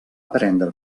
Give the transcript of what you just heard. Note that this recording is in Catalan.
prendre